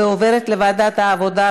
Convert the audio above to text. ועוברת לוועדת העבודה,